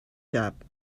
shop